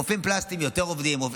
רופאים פלסטיים עובדים יותר.